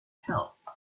help